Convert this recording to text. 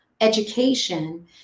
education